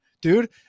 dude